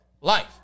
life